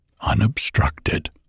unobstructed